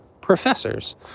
professors